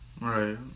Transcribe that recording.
right